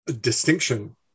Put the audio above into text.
distinction